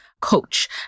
coach